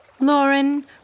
Lauren